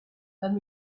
let